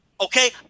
Okay